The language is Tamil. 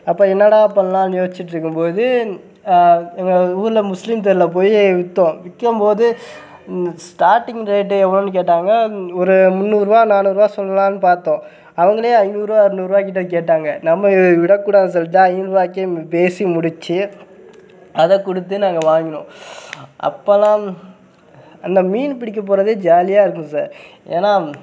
அப்போ என்னடா பண்ணலான்னு யோசிச்சிட்ருக்கும்போது எங்கள் ஊரில் முஸ்லீம் தெருவில் போய் விற்றோம் விக்கும்போது ஸ்டார்ட்டிங் ரேட்டே எவ்வளோன்னு கேட்டாங்க ஒரு முந்நூறுபா நானூறுபா சொல்லலாம்ன்னு பார்த்தோம் அவங்களே ஐந்நூறுபா அறநூறுபாக்கிட்ட கேட்டாங்க நம்ம இது விடக் கூடாது சொல்லிட்டு தான் ஐந்நூறுபாக்கே பேசி முடித்து அதை கொடுத்து நாங்கள் வாங்கினோம் அப்போலாம் அந்த மீன் பிடிக்கப் போகிறதே ஜாலியாக இருக்கும் சார் ஏன்னா